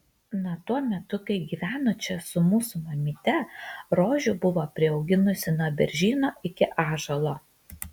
na tuo metu kai gyveno čia su mūsų mamyte rožių buvo priauginusi nuo beržyno iki ąžuolo